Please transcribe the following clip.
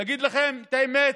להגיד לכם את האמת,